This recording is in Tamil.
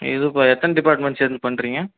இது இப்போ எத்தனை டிப்பார்ட்மெண்ட் சேர்ந்து பண்ணுறீங்க